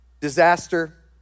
Disaster